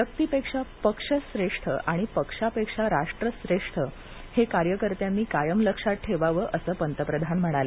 व्यक्तीपेक्षा पक्ष श्रेष्ठ आणि पक्षापेक्षा राष्ट्र श्रेष्ठ हे कार्यकर्त्यांनी कायम लक्षात ठेवावं असं पंतप्रधान म्हणाले